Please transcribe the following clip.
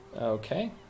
Okay